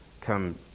come